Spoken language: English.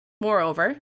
Moreover